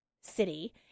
city